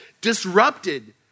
disrupted